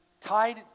tied